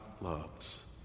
loves